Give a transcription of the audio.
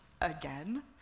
again